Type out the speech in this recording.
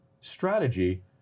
strategy